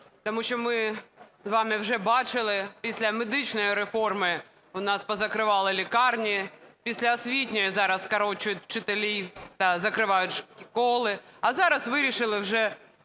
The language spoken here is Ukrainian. тому що ми з вами вже бачили, після медичної реформи у нас позакривали лікарні, після освітньої зараз скорочують вчителів та закривають школи, а зараз вирішили вже